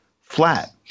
flat